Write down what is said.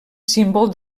símbol